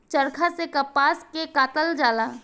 चरखा से कपास के कातल जाला